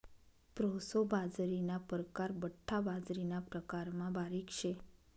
proso बाजरीना परकार बठ्ठा बाजरीना प्रकारमा बारीक शे